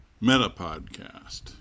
meta-podcast